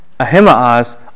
Ahimaaz